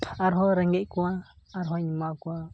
ᱟᱨᱦᱚᱸ ᱨᱮᱸᱜᱮᱡ ᱠᱚᱣᱟ ᱟᱨ ᱦᱚᱧ ᱮᱢᱟ ᱠᱚᱣᱟ